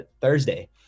Thursday